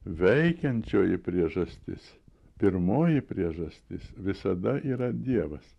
veikiančioji priežastis pirmoji priežastis visada yra dievas